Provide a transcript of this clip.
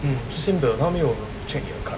mm 是 same 的他没有 check 你的 card